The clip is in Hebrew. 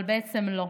אבל בעצם לא.